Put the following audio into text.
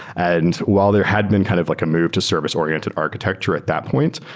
and while there had been kind of like a move to service-oriented architecture at that point,